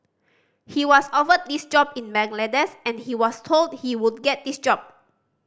he was offered this job in Bangladesh and he was told he would get this job